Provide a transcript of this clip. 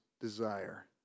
desire